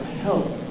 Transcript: help